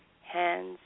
hands